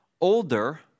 older